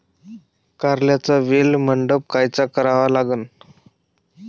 कारल्याचा वेल मंडप कायचा करावा लागन?